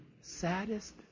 saddest